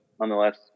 nonetheless